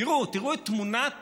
תראו את תמונת